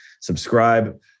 Subscribe